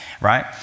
right